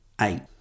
eight